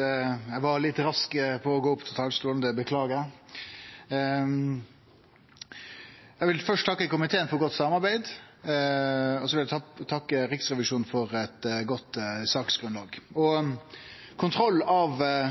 Eg var litt rask med å gå opp til talarstolen – det beklagar eg. Eg vil først takke komiteen for godt samarbeid, og så vil eg takke Riksrevisjonen for eit godt saksgrunnlag. Kontroll av